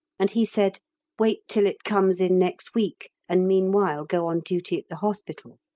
and he said wait till it comes in next week, and meanwhile go on duty at the hospital.